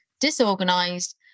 disorganized